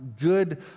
good